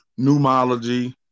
pneumology